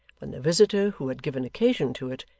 when the visitor who had given occasion to it,